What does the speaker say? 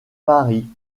paris